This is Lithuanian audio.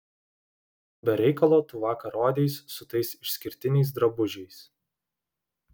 be reikalo tu vakar rodeis su tais išskirtiniais drabužiais